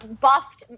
buffed